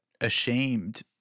ashamed